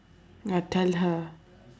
ya tell her